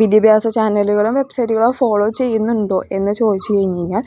വിദ്യാഭ്യാസ ചാനലുകളും വെബ്സൈറ്റുകളും ഫോളോ ചെയ്യുന്നുണ്ടോ എന്ന് ചോദിച്ച് കഴിഞ്ഞ് കഴിഞ്ഞാൽ